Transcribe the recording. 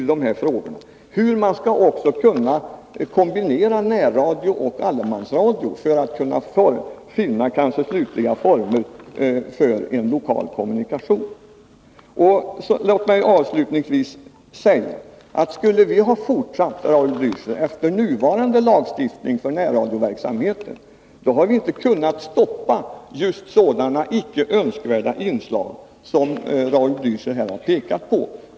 Man får också se hur man skall kunna kombinera närradio och allemansradio för att kanske kunna finna slutliga former för en lokal kommunikation. Låt mig avslutningsvis säga, att skulle vi ha fortsatt efter nuvarande Nr 162 lagstiftning för närradioverksamheten, hade vi inte kunnat stoppa just Onsdagen den sådana icke önskvärda inslag som Raul Blächer här har pekat på.